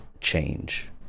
change